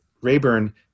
rayburn